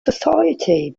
society